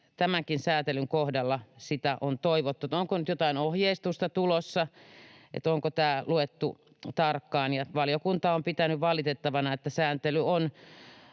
tämänkin sääntelyn kohdalla sitä on toivottu, niin onko nyt jotain ohjeistusta tulossa? Onko tämä luettu tarkkaan? Valiokunta on pitänyt valitettavana, että sääntely on